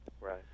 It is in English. Right